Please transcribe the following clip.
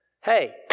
hey